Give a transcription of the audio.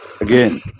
again